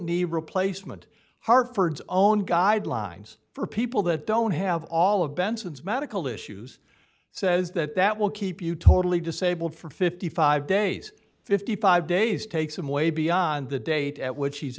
knee replacement harford's own guidelines for people that don't have all of benson's medical issues says that that will keep you totally disabled for fifty five days fifty five days take some way beyond the date at which he's